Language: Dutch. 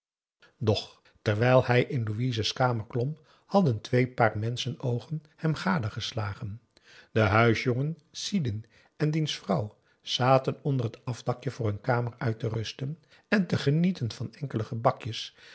doch terwijl hij in louise's kamer klom hadden twee paar menschenoogen hem gadegeslagen de huisjongen sidin en diens vrouw zaten onder het afdakje voor hun kamer uit te rusten en te genieten van enkele gebakjes